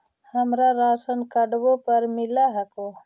हमरा राशनकार्डवो पर मिल हको?